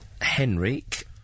Henrik